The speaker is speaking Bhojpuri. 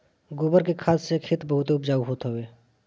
गोबर के खाद से खेत बहुते उपजाऊ होत हवे